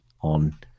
on